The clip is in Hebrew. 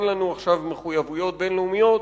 אין לנו עכשיו מחויבויות בין-לאומיות,